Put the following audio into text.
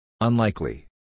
Unlikely